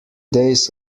days